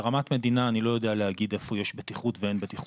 ברמת מדינה אני לא יודע להגיד איפה יש בטיחות ואין בטיחות,